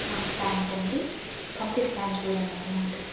thanks అండి పంపిస్తాను చూడండి అమౌంట్